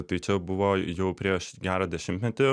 tai čia buvo jau prieš gerą dešimtmetį